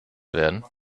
werden